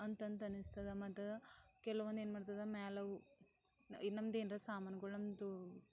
ಅಂತನ್ನಿಸ್ತದ ಮತ್ತು ಕೆಲವೊಂದು ಏನು ಮಾಡ್ತದ ಮೇಲವು ಈ ನಮ್ದೇನಾರ ಸಾಮಾನುಗಳು ನಮ್ಮದು